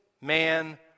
man